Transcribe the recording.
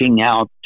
out